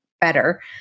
better